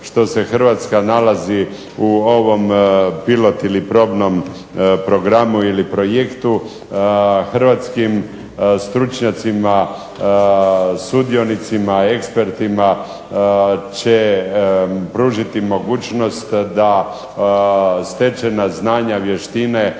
što se Hrvatska nalazi u ovom pilot ili probnom programu ili projektu hrvatskim stručnjacima, sudionicima, ekspertima će pružiti mogućnost da stečena znanja, vještine,